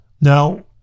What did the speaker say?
Now